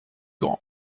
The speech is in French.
grand